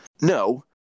No